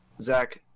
Zach